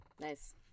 nice